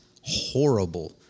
horrible